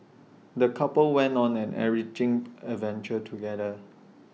the couple went on an enriching adventure together